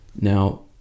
Now